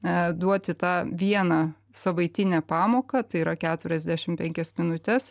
a duoti tą vieną savaitinę pamoką tai yra keturiasdešim penkias minutes